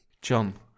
John